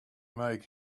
make